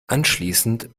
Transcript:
anschließend